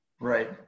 Right